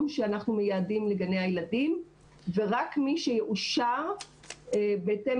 שאנחנו מייעדים לגני הילדים ורק מי שיאושר בהתאם